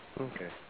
Okay